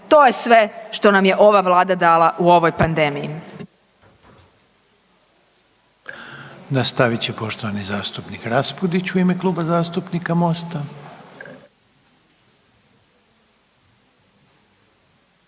to je sve što nam je ova vlada dala u ovoj pandemiji.